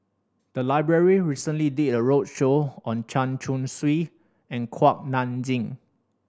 the library recently did a roadshow on Chen Chong Swee and Kuak Nam Jin